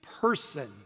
person